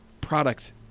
product